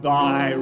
Thy